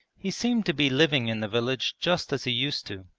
he seemed to be living in the village just as he used to,